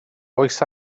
oes